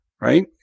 Right